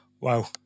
Wow